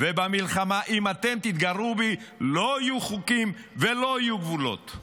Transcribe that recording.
ואם אתם תתגרו בי, לא יהיו חוקים ולא יהיו גבולות,